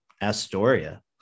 Astoria